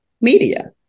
media